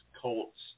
Colts